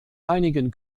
einigen